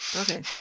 Okay